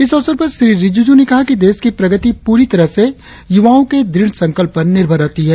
इस अवसर पर श्री रिजिजू ने कहा कि देश की प्रगति पूरी तरह से युवाओं के दृढ़ संकल्प पर निर्भर रहती है